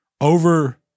over